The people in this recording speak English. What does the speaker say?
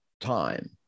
time